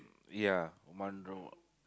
ya one room